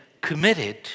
committed